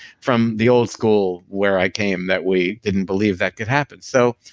from the old school where i came that we didn't believe that could happen. so